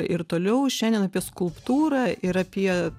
ir toliau šiandien apie skulptūrą ir apie